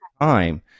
time